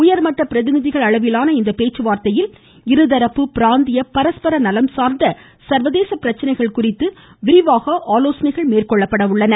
உயர்மட்ட பிரதிநிதிகள் அளவிலான இந்த பேச்சுவார்த்தையில் இருதரப்பு பிராந்திய பரஸ்பர நலன் சாா்ந்த சா்வதேச பிரச்சனைகள் குறித்து விரிவாக ஆலோசிக்கப்படுகிறது